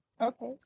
Okay